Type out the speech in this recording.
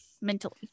mentally